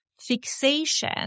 fixation